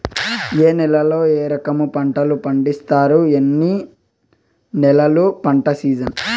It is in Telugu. ఏ నేలల్లో ఏ రకము పంటలు పండిస్తారు, ఎన్ని నెలలు పంట సిజన్?